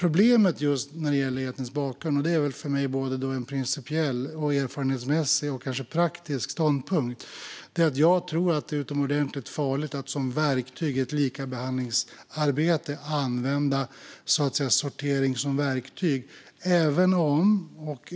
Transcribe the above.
Min principiella, erfarenhetsmässiga och kanske även praktiska ståndpunkt när det gäller just etnisk bakgrund är att jag tror att det är utomordentligt farligt att i ett likabehandlingsarbete använda sortering som verktyg.